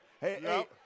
Hey